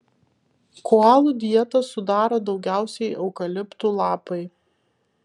koalų dietą sudaro daugiausiai eukaliptų lapai